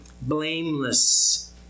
blameless